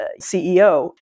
CEO